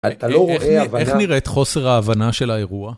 אתה לא רואה הבנה. איך נראית חוסר ההבנה של האירוע?